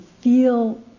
feel